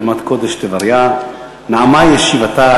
/ אדמת קודש טבריה// נעמה ישיבתה,